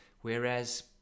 Whereas